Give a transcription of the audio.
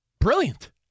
Brilliant